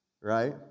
right